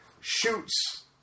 shoots